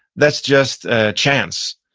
that's just a chance,